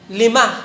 lima